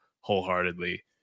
wholeheartedly